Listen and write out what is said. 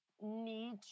need